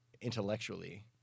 intellectually